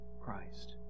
Christ